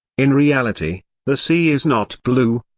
in reality, the sea is not blue,